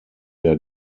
der